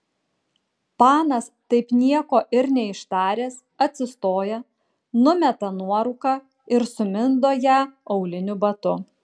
panas taip nieko ir neištaręs atsistoja numeta nuorūką ir sumindo ją auliniu batu